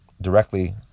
directly